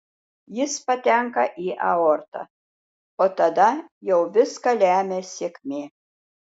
jis patenka į aortą o tada jau viską lemia sėkmė